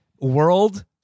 world